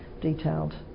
detailed